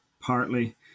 partly